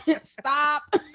stop